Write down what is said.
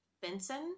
Vincent